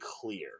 clear